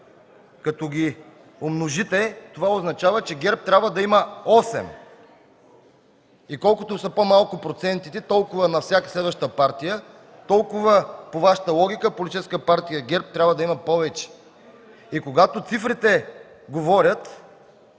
като ги умножите, това означава, че ГЕРБ трябва да има осем. Колкото са по-малко процентите на всяка следваща партия, толкова, по Вашата логика, Политическа партия ГЕРБ трябва да има повече. Когато цифрите говорят,